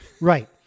Right